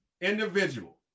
individual